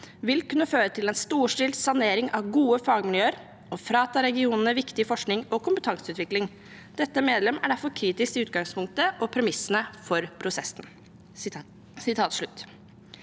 vil kunne føre til en storstilt sanering av gode fagmiljøer og frata regionene viktig forskning og kompetanseutvikling. Dette medlem er derfor kritisk til utgangspunktet og premissene for den